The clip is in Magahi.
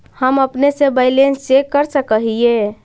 हम अपने से बैलेंस चेक कर सक हिए?